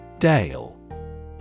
Dale